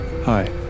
Hi